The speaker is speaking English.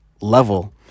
level